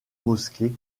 mosquées